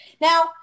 Now